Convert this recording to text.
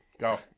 Go